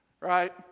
right